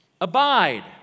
abide